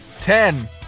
Ten